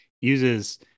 uses